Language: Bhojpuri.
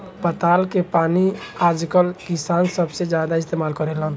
पताल के पानी आजकल किसान सबसे ज्यादा इस्तेमाल करेलेन